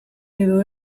edo